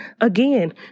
Again